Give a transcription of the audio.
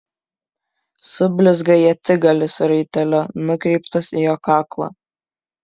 sublizga ietigalis raitelio nukreiptas į jo kaklą